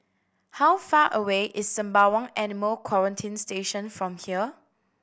how far away is Sembawang Animal Quarantine Station from here